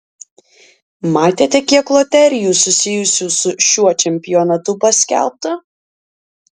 matėte kiek loterijų susijusių su šiuo čempionatu paskelbta